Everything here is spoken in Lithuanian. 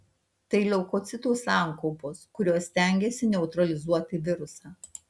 tai leukocitų sankaupos kurios stengiasi neutralizuoti virusą